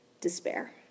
despair